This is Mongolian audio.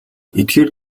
эдгээр